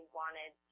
wanted